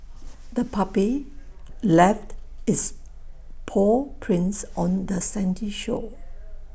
the puppy left its paw prints on the sandy shore